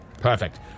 Perfect